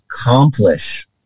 accomplish